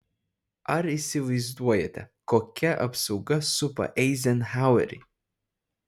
ar įsivaizduojate kokia apsauga supa eizenhauerį